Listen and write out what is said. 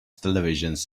televisions